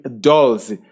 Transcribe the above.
dolls